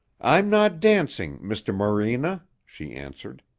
i'm not dancing, mr. morena, she answered.